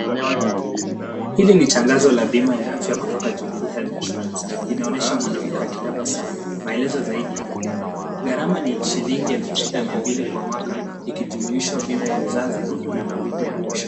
Hili ni tangazo la bima ya afya kutoka Jubilee Health Insuarance. Inaonyesha mwanamke akitabasamu. Maelezo zaidi yamo pale. Gharama ni shilingi elfu sita mia mbili kwa mwaka ikijumuisha bima ya uzazi na malipo ya mwisho.